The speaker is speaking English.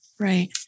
Right